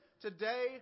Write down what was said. today